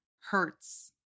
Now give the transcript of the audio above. hurts